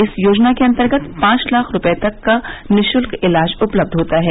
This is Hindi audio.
इस योजना के अंतर्गत पाँच लाख रूपये तक का निशुल्क इलाज उपलब्ध होता है